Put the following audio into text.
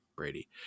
Brady